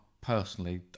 personally